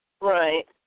right